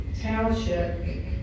township